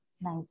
Nice